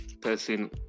person